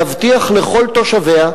להבטיח לכל תושביה,